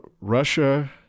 Russia